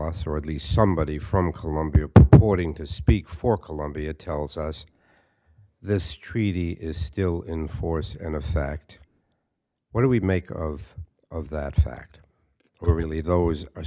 us or at least somebody from colombia boarding to speak for colombia tells us this treaty is still in force and effect what do we make of of that fact really those are